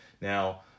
now